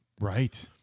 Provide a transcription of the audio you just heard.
Right